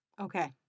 Okay